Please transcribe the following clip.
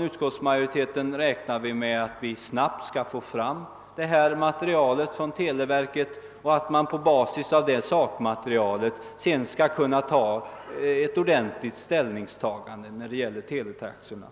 Utskottsmajoriteten räknar med att vi snabbt skall få fram materialet från televerket och att man på basis av det sakmaterialet skall kunna göra ett väl övervägt ställningstagande till frågan om telefontaxorna.